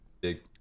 big